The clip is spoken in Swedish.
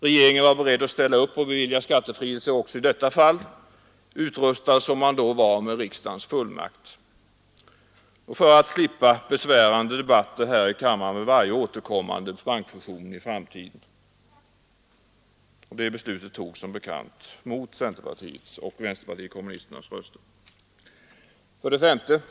Regeringen var beredd att ställa upp och bevilja skattebefrielse också i detta fall, utrustad som man då var med riksdagens fullmakt för att slippa besvärande debatter här i kammaren vid varje återkommande bankfusion. 5.